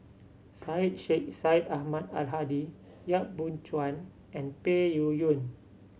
Syed Sheikh Syed Ahmad Al Hadi Yap Boon Chuan and Peng Yuyun